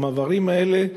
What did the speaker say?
במעברים האלה,